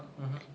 mmhmm